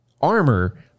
armor